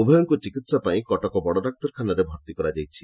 ଉଭୟଙ୍କୁ ଚିକିହା ପାଇଁ କଟକ ବଡ଼ଡାକ୍ତରଖାନାରେ ଭର୍ତି କରାଯାଇଛି